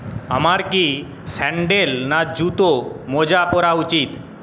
আমার কি স্যান্ডেল না জুতো মোজা পরা উচিত